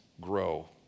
grow